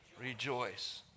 Rejoice